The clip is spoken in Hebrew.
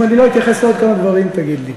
אם אני לא אתייחס לעוד כמה דברים, תגיד לי.